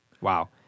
Wow